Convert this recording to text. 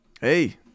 Hey